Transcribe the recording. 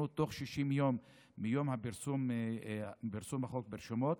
תוך 60 יום מיום פרסום החוק ברשומות,